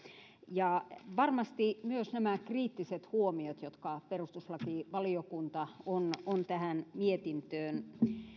varmasti myös nämä kriittiset huomiot jotka perustuslakivaliokunta on on tähän mietintöön